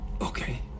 Okay